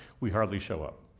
we hardly show up.